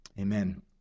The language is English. Amen